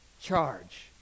charge